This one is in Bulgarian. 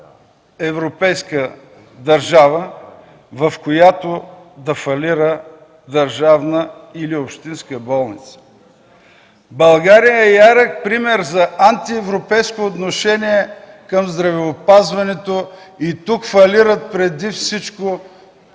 европейска държава, в която да фалира държавна или общинска болница! България е ярък пример за антиевропейско отношение към здравеопазването и тук фалират преди всичко